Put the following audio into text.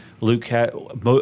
Luke